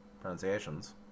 pronunciations